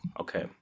okay